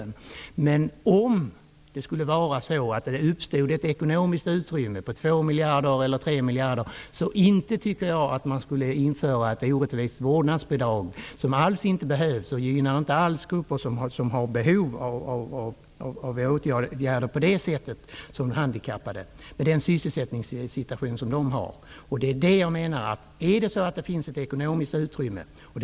Men om det skulle uppstå ett ekonomiskt utrymme om 2 eller 3 miljarder tycker jag inte att man för den skull skall införa ett orättvist vårdnadsbidrag som alls inte behövs och som inte alls gynnar de grupper som har behov av sådana här åtgärder. Jag tänker t.ex. på de handikappade och deras sysselsättningssituation.